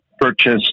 purchase